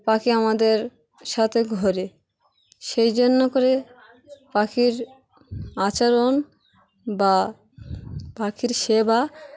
পাখি আমাদের সাথে ঘোরে সেই জন্য করে পাখির আচরণ বা পাখির সেবা